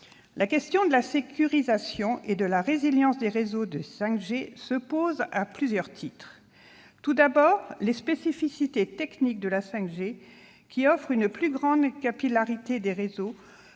La question de la sécurisation et de la résilience des réseaux de 5G se pose à plusieurs titres. Tout d'abord, les spécificités techniques de la 5G, qui offre une plus grande capillarité des réseaux